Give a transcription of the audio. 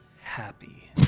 happy